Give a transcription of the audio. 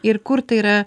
ir kur tai yra